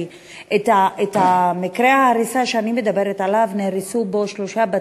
כי במקרה ההריסה שאני מדברת עליו נהרסו שלושה בתים.